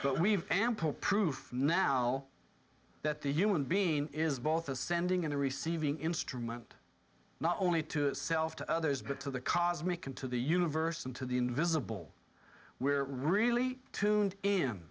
but we've ample proof now that the human being is both a sending and receiving instrument not only to self to others but to the cosmic and to the universe and to the invisible we're really tuned in